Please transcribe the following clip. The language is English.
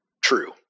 True